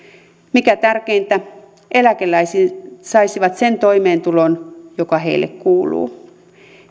mikä tärkeintä eläkeläiset saisivat sen toimeentulon joka heille kuuluu